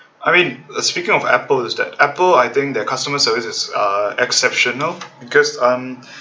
I mean speaking of Apple is that Apple I think their customer service is uh exceptional because uh